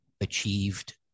achieved